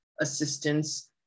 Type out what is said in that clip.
assistance